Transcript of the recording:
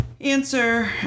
answer